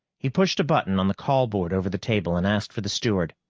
he pushed a button on the call board over the table and asked for the steward.